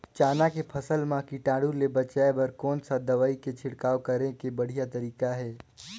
चाना के फसल मा कीटाणु ले बचाय बर कोन सा दवाई के छिड़काव करे के बढ़िया तरीका हे?